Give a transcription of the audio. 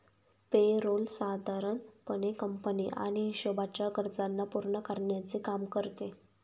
पे role साधारण पणे company आणि हिशोबाच्या गरजांना पूर्ण करण्याचे काम करते